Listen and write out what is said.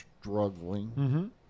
struggling